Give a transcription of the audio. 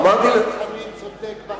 אמרתי לבקש.